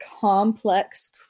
complex